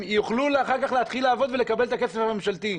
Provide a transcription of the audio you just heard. יוכלו אחר כך להתחיל לעבוד ולקבל את הכסף הממשלתי.